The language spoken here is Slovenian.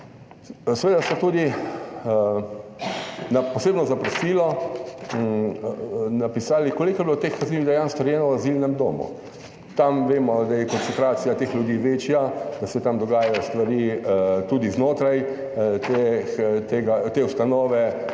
Seveda so tudi na posebno zaprosilo napisali, koliko je bilo teh kaznivih dejanj storjeno v azilnem domu. Tam vemo, da je koncentracija teh ljudi večja, da se tam dogajajo stvari, tudi znotraj te ustanove,